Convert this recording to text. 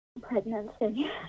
pregnancy